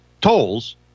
tolls